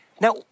Now